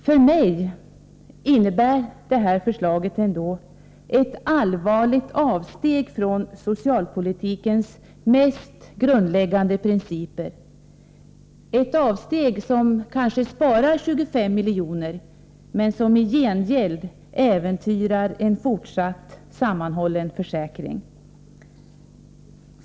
För mig innebär det här förslaget ändå ett allvarligt avsteg från socialpolitikens mest grundläggande principer — ett avsteg som kanske sparar 25 miljoner, men som i gengäld äventyrar en fortsatt sammanhållen försäkring.